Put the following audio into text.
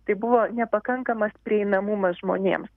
tai buvo nepakankamas prieinamumas žmonėms